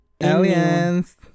Aliens